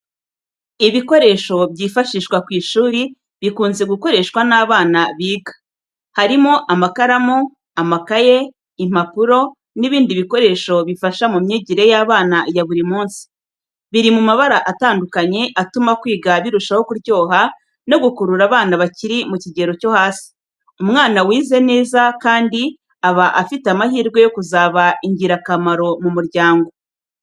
Ibikoresho byifashishwa ku ishuri bikunze gukoreshwa n’abana biga. Harimo amakaramu, amakaye, impapuro, n’ibindi bikoresho bifasha mu myigire y’abana ya buri munsi. Biri mu mabara atandukanye atuma kwiga birushaho kuryoha no gukurura abana bakiri mukigero cyo hasi. Umwana wize neza kandi aba afite amahirwe yo kuzaba ingirakamaro mu muryango.